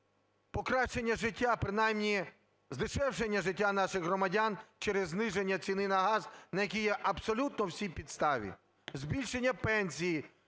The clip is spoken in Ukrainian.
покращання життя, принаймніздешевшання життя наших громадян, через зниження ціни на газ, на які є абсолютно всі підстави, збільшення пенсій,